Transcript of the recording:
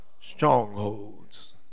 strongholds